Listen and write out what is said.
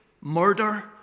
murder